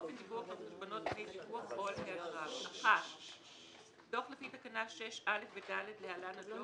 אופן דיווח על תקנות דוח לפי תקנה 6(א) ו-(ד) (להלן הדוח)